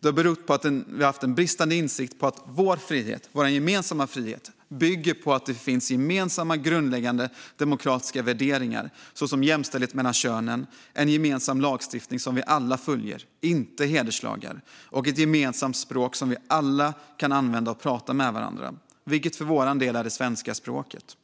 Det har berott på att vi har haft bristande insikt om att vår gemensamma frihet bygger på att det finns gemensamma och grundläggande demokratiska värderingar såsom jämställdhet mellan könen, en gemensam lagstiftning som vi alla följer - inte hederslagar - och ett gemensamt språk som vi alla kan använda för att prata med varandra, vilket för vår del är det svenska språket.